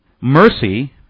mercy